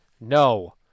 No